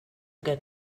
get